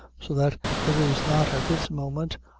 so that there is not at this moment,